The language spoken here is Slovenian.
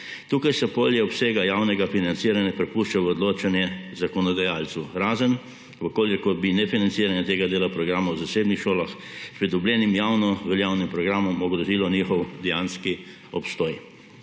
Tu se polje obsega javnega financiranja prepušča v odločanje zakonodajalcu, razen če bi nefinanciranje tega dela programa v zasebnih šolah s pridobljenim javnoveljavnim programom ogrozilo njihov dejanski obstoj.